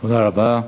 תודה רבה.